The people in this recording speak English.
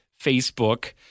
Facebook